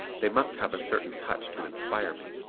they must have a certain touch to inspire me,